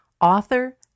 author